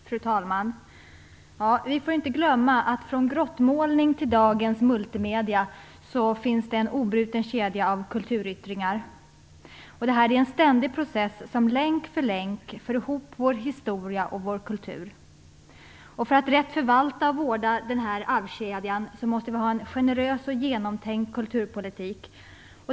Fru talman! Vi får inte glömma att från grottmålning till dagens multimedia finns det en obruten kedja av kulturyttringar. Det här är en ständig process som länk för länk för ihop vår historia och vår kultur. För att rätt förvalta och vårda den här arvskedjan måste vi ha en generös och genomtänkt kulturpolitik.